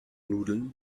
nudeln